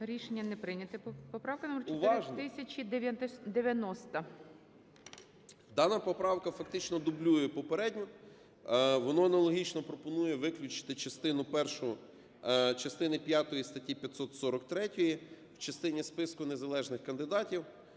Рішення не прийнято. Поправка номер 4090. 17:01:04 СИДОРОВИЧ Р.М. Дана поправка фактично дублює попередню, вона аналогічно пропонує виключити частину першу частини п'ятої статті 543 в частині списку незалежних кандидатів.